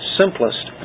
simplest